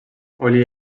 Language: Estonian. oli